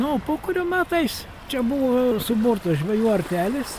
nu o pokario metais čia buvo suburtos žvejų artelės